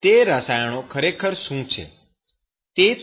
તે રસાયણો ખરેખર શું છે